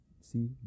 See